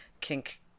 kink